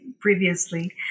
previously